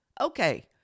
Okay